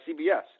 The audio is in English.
CBS